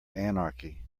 anarchy